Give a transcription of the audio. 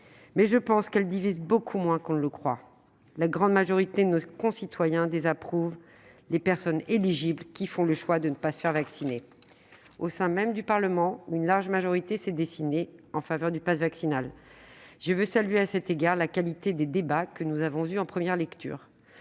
mais, me semble-t-il, elle divise beaucoup moins qu'on ne le croit. La grande majorité de nos concitoyens désapprouve les personnes éligibles qui font le choix de ne pas se faire vacciner. Au sein même du Parlement, une large majorité s'est dessinée en faveur du passe vaccinal. Je veux saluer, à cet égard, la qualité des débats que nous avons eus en première lecture.